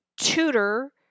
tutor